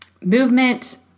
movement